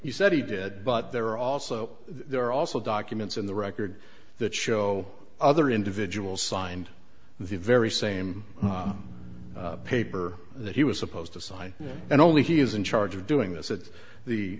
he said he did but there are also there are also documents in the record that show other individuals signed the very same paper that he was supposed to sign and only he is in charge of doing that said the